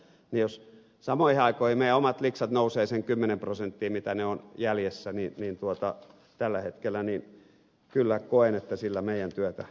jos samoihin aikoihin meidän omat liksamme nousevat sen kymmenen prosenttia mitä ne ovat jäljessä tällä hetkellä niin kyllä koen että sillä meidän työtämme vaikeutetaan